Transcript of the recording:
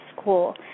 school